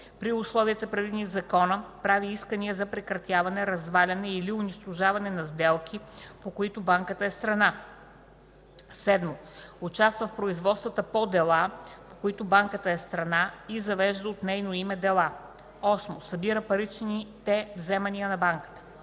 при условията, предвидени в закона, прави искания за прекратяване, разваляне или унищожаване на сделки, по които банката е страна; 7. участва в производствата по делата, по които банката е страна, и завежда от нейно име дела; 8. събира паричните вземания на банката;